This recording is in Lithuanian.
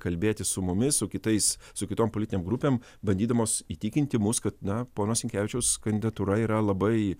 kalbėti su mumis su kitais su kitom politinėm grupėm bandydamos įtikinti mus kad na pono sinkevičiaus kandidatūra yra labai